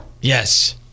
Yes